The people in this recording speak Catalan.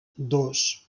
dos